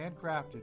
handcrafted